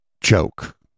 joke